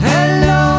Hello